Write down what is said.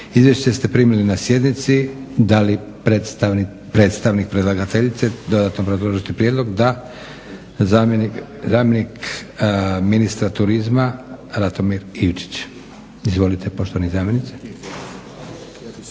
Izvješće ste primili na sjednici. Da li predstavnik predlagateljice dodatno obrazložiti prijedlog? Da. Zamjenik ministra turizma Ratomir Ivičić. **Ivičić, Ratomir**